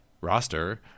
roster